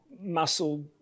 muscle